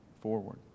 forward